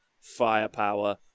firepower